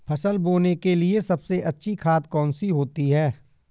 फसल बोने के लिए सबसे अच्छी खाद कौन सी होती है?